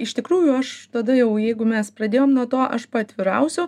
iš tikrųjų aš tada jau jeigu mes pradėjom nuo to aš paatvirausiu